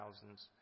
thousands